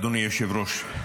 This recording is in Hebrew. אדוני היושב-ראש,